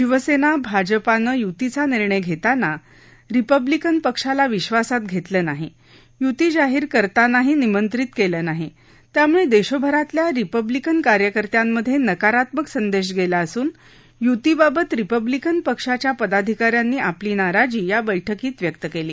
शिवसेना भाजपानं युतीचा निर्णय घेताना रिपब्लिकन पक्षाला विश्वासात घेतलं नाही युती जाहीर करतानाही निमंत्रित केलं नाही त्यामुळे देशभरातल्या रिपब्लिकन कार्यकर्त्यांमध्ये नकारात्मक संदेश गेला असून यूतीबाबत रिपब्लिकन पक्षाच्या पदाधिकाऱ्यांनी आपली नाराजी या बैठकीत व्यक्त केली